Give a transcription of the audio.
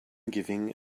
giving